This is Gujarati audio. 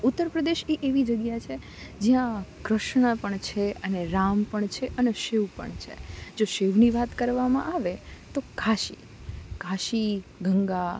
તો ઉત્તર પ્રદેશ એ એવી જગ્યા છે જ્યાં કૃષ્ણ પણ છે અને રામ પણ છે અને શિવ પણ છે જો શિવની વાત કરવામાં આવે તો કાશી કાશી ગંગા